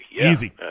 Easy